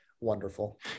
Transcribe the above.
wonderful